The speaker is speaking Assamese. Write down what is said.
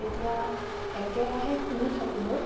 তেতিয়া একেৰাহে শুনি থাকিলেও